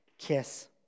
kiss